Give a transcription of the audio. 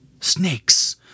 Snakes